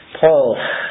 Paul